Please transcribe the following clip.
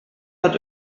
hat